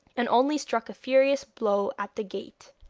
and only struck a furious blow at the gate.